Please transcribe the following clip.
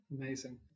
Amazing